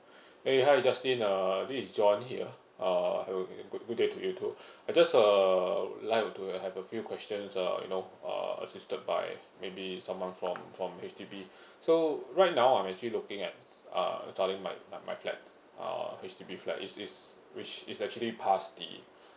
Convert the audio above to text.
!hey! hi justin uh this is john here uh have a good good day to you too I just uh would like to have a few questions uh you know uh assisted by maybe someone from from H_D_B so right now I'm actually looking at uh selling my my my flat uh H_D_B flat it's it's it's it's actually past the